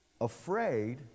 afraid